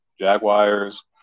Jaguars